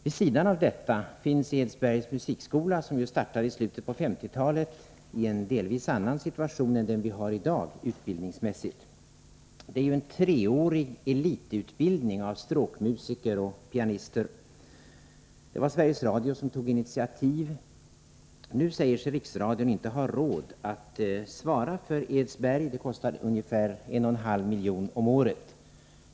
Vid sidan av detta finns Edsbergs musikskola, som startades i slutet på 1950-talet, i en delvis annan situation än den vi har i dag utbildningsmässigt. Det är ju en treårig elitutbildning av stråkmusiker och pianister. Det var Sveriges Radio som tog initiativet. Nu säger sig Riksradion inte ha råd att svara för Edsberg — det kostar ungefär 1,5 milj.kr. om året.